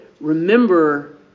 remember